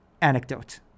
anecdote